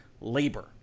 labor